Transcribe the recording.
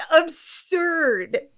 absurd